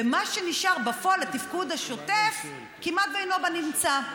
ומה שנשאר בפועל לתפקוד השוטף כמעט אינו בנמצא.